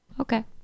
Okay